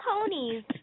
ponies